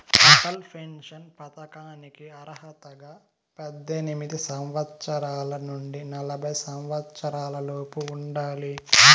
Atal pension పథకానికి అర్హతగా పద్దెనిమిది సంవత్సరాల నుండి నలభై సంవత్సరాలలోపు ఉండాలి